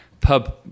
pub